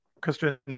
Christian